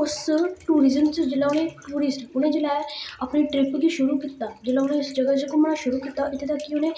उस टूरिजम च जेै उनें टूरिस्ट उनें जेल्लै अपनी ट्रिप गी शुरू कीता जेल्लै उनें जगह च घूमना शुरू कीता उनें